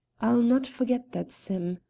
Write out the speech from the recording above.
i'll not forget that, sim,